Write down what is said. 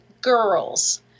girls